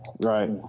Right